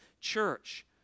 church